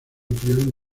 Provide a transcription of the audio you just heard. tuvieron